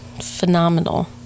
phenomenal